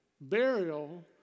burial